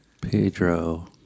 Pedro